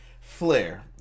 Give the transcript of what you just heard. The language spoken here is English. flair